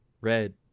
Red